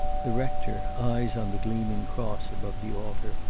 the rector, eyes on the gleaming cross above the altar,